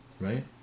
Right